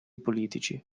politici